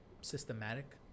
systematic